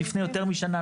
לפני יותר משנה,